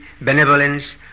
benevolence